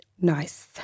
Nice